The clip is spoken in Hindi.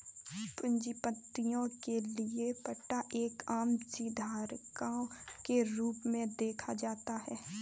पूंजीपतियों के लिये पट्टा एक आम सी धारणा के रूप में देखा जाता है